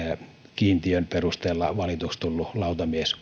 kiintiön perusteella valituksi tullut lautamies